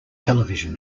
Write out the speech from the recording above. television